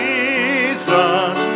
Jesus